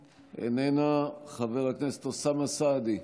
איננה, חבר הכנסת אוסאמה סעדי,